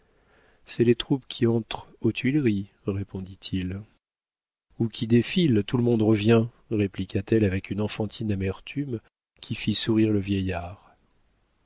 sont les troupes qui entrent aux tuileries répondit-il ou qui défilent tout le monde revient répliqua-t-elle avec une enfantine amertume qui fit sourire le vieillard